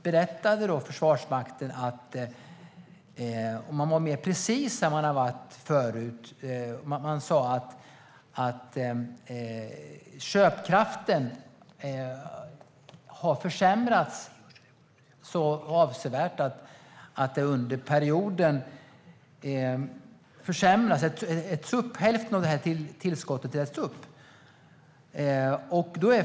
Från Försvarsmaktens sida var man då mer precis än vad man har varit tidigare och sa att köpkraften har försämrats så avsevärt att hälften av tillskottet kommer att ätas upp under försvarsperioden.